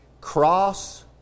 cross